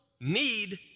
need